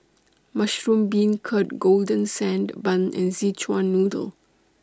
Mushroom Beancurd Golden Sand Bun and Szechuan Noodle